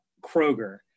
Kroger